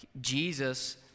Jesus